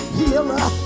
healer